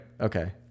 Okay